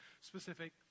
specific